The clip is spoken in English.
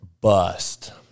bust